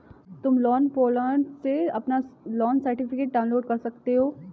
तुम loan portal से अपना लोन सर्टिफिकेट डाउनलोड कर सकते हो